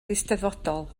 eisteddfodol